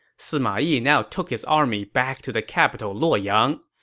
sima yi now took his army back to the capital luoyang.